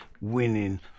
winning